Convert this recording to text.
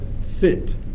fit